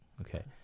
Okay